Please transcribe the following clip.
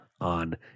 on